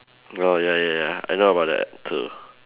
oh ya ya ya I know about that too